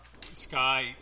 Sky